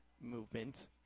movement